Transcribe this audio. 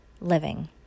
living